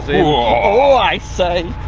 oh i say.